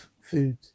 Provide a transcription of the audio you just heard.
food